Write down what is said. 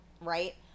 right